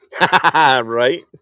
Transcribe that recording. Right